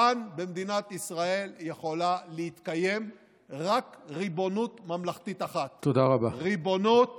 כאן במדינת ישראל יכולה להתקיים רק ריבונות ממלכתית אחת ריבונות